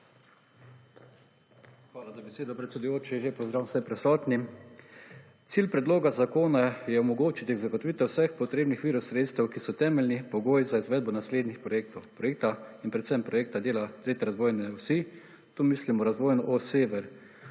Hvala za besedo, predsedujoči. Lep pozdrav vsem prisotnim. Cilj predloga zakona je omogočiti zagotovitev vseh potrebnih virov sredstev, ki so temeljni pogoj za izvedbo naslednjih projektov, projekta in predvsem projekta dela 3. razvojne osi. Tu mislimo razvojno os sever,